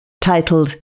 titled